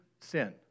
sin